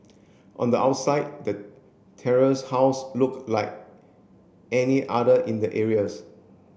on the outside the terrace house look like any other in the areas